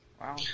Wow